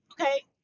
Okay